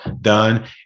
done